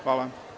Hvala.